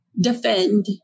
defend